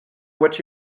what